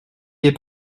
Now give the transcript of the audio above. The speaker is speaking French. des